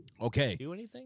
Okay